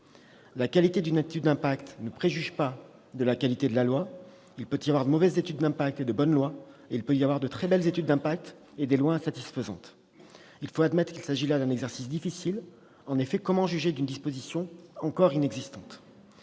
La qualité d'une étude d'impact ne préjuge pas la qualité de la loi : il peut y avoir de mauvaises études d'impact et de bonnes lois ; il peut aussi y avoir de très belles études d'impact et des lois insatisfaisantes. Il faut admettre qu'il s'agit là d'un exercice difficile : comment juger les effets d'une disposition encore inexistante ?